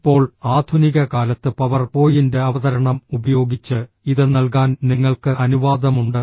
ഇപ്പോൾ ആധുനിക കാലത്ത് പവർ പോയിന്റ് അവതരണം ഉപയോഗിച്ച് ഇത് നൽകാൻ നിങ്ങൾക്ക് അനുവാദമുണ്ട്